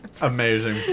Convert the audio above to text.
Amazing